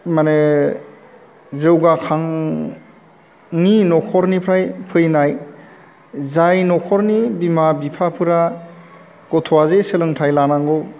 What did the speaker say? मानि जौगाखांनि न'खरनिफ्राय फैनाय जाय न'खरनि बिमा बिफाफोरा गथ'आजे सोलोंथाइ लानांगौ